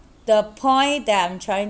the point that I'm trying